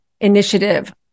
initiative